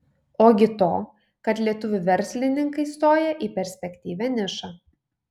ogi to kad lietuvių verslininkai stoja į perspektyvią nišą